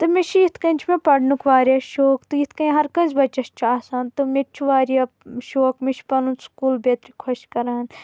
تہٕ مےٚ چھِ یِتھ کَنۍ چھِ مےٚ پَرنُک واریاہ شوق تہٕ یِتھ کَنۍ ہر کٲنٛسہِ بَچَس چھُ آسان تہٕ مےٚ تہِ چھِ واریاہ شوق مےٚ چھُ پَنُن سکوٗل بیترِ خۄش کران